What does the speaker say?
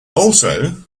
also